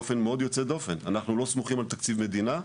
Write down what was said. באופן מאוד יוצא דופן אנחנו לא סמוכים על תקציב מדינה,